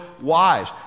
wise